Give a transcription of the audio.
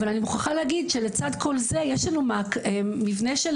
אבל אני מוכרחה להגיד שלצד כל זה יש לנו מבנה של